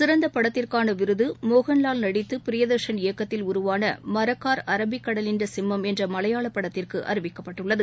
சிறந்த படத்திற்கான விருது மோகன்லால் நடித்து பிரியதர்சன் இயக்கத்தில் உருவான மரக்கார் அரபிக்கடலின்ட சிம்மம் என்ற மலையாள படத்திற்கு அறிவிக்கப்பட்டுள்ளது